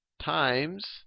times